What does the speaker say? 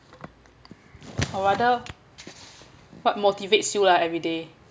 or rather what motivates you lah everyday